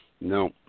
No